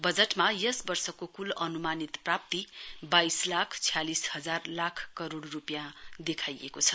बजटमा यस वर्षको कूल अनुमानित प्राप्ति वाइस लाख छ्यालिस हजार लाख करोड रूपियाँ देखाइएको छ